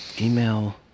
Email